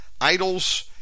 idols